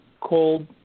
cold